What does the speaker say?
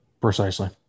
Precisely